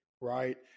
right